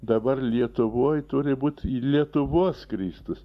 dabar lietuvoj turi būt lietuvos kristus